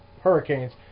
hurricanes